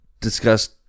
discussed